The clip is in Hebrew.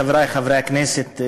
חברי חברי הכנסת,